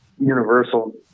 Universal